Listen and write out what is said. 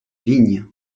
vignes